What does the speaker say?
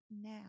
now